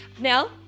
Now